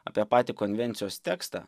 apie patį konvencijos tekstą